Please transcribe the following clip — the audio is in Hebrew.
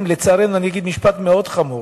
אני אגיד משפט מאוד חמור: